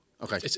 Okay